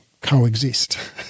coexist